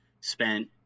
spent